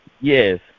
Yes